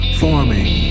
forming